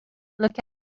look